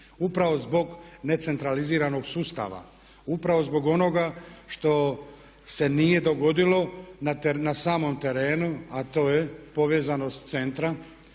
upravo zbog necentraliziranog sustava, upravo zbog onoga što se nije dogodilo na samom terenu a to je povezanost centra